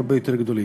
הרבה יותר גדולים.